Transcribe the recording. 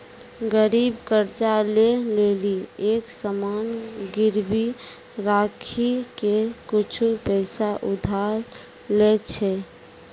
गरीब कर्जा ले लेली एक सामान गिरबी राखी के कुछु पैसा उधार लै छै